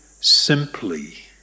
simply